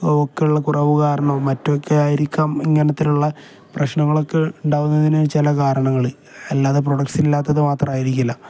ഒക്കെയുള്ള കുറവ് കാരണം മറ്റൊക്കെ ആയിരിക്കാം ഇങ്ങനത്തിലുള്ള പ്രശ്നങ്ങളൊക്കെ ഉണ്ടാവുന്നതിന് ചില കാരണങ്ങൾ അല്ലാതെ പ്രൊഡക്സ ഇല്ലാത്തത് മാത്രമായിരിക്കില്ല